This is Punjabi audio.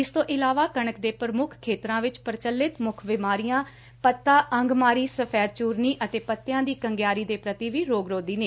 ਇਸ ਤੋਂ ਇਲਾਵਾ ਕਣਕ ਦੇ ਪ੍ਰਮੁੱਖ ਖੇਤਰਾਂ ਵਿਚ ਪੁਚਲਿਤ ਮੁੱਖ ਬਿਮਾਰੀਆਂ ਪਤਾ ਅੰਗਮਾਰੀ ਸਫੇਦ ਚੁਰਣੀ ਅਤੇ ਪੱਤਿਆਂ ਦੀ ਕੰਗਿਆਰੀ ਦੇ ਪ੍ਰਤੀ ਵੀ ਰੋਗਰੋਧੀ ਨੇ